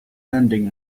lending